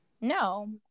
No